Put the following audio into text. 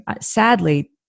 sadly